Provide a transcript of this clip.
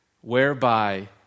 whereby